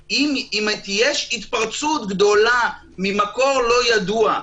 אם יש התפרצות גדולה ממקור לא ידוע,